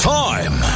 time